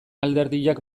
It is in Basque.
alderdiak